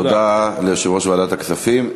תודה ליושב-ראש ועדת הכספים.